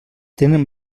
tenen